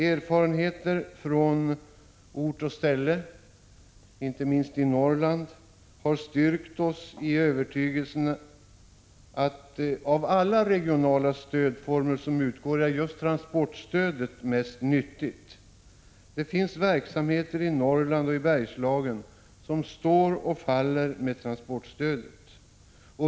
Erfarenheter på ort och ställe, inte minst i Norrland, har styrkt oss i övertygelsen att av alla regionala stöd är just transportstödet mest nyttigt. Det finns verksamheter i Norrland och i Bergslagen som står och faller med transportstödet.